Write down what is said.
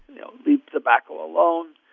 you know, leave tobacco alone.